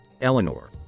Eleanor